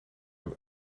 van